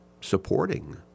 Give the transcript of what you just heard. supporting